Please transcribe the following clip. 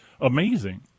amazing